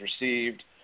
received